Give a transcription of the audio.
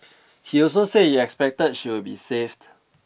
he also said he expected she would be saved